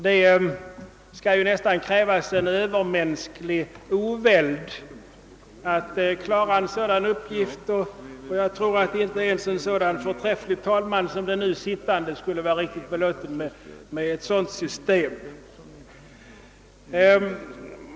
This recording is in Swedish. Det skall väl krävas en nästan Övermänsklig oväld för att kunna klara en sådan uppgift, och jag tror att inte ens en sådan förträfflig talman som den nu sittande skulle vara riktigt belåten med ett sådant system!